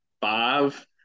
five